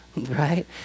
right